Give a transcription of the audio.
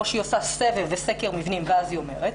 או שהיא עושה סבב וסקר מבנים ואז היא אומרת.